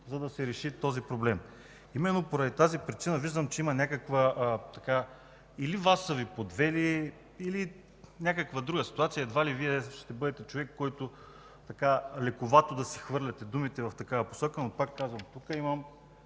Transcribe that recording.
за да се реши този проблем. Именно поради тази причина виждам, че или Вас са Ви подвели, или има някаква друга ситуация. Едва ли Вие ще бъдете човекът, който така лековато да хвърля думите си в такава посока, но пак казвам, че тук имам